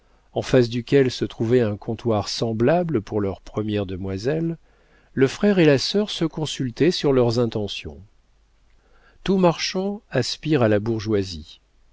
en face duquel se trouvait un comptoir semblable pour leur première demoiselle le frère et la sœur se consultaient sur leurs intentions tout marchand aspire à la bourgeoisie